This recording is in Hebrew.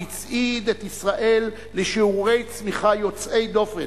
והצעיד את ישראל לשיעורי צמיחה יוצאי דופן